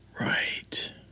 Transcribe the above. Right